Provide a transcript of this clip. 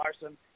Larson